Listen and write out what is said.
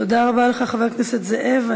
תודה רבה לך, חבר הכנסת זאב.